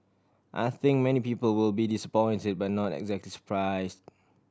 I think many people will be disappointed but not exactly surprise